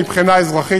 מבחינה אזרחית,